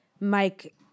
Mike